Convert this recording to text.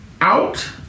out